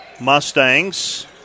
Mustangs